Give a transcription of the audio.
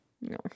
No